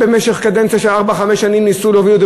במשך קדנציה של ארבע-חמש שנים ניסו להוביל את זה,